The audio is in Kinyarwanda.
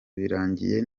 birangiye